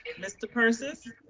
mr. persis.